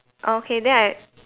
oh okay then I